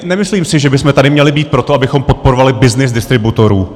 Nemyslím si, že bychom tady měli být proto, abychom podporovali byznys distributorů.